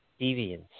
deviance